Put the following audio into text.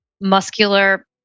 muscular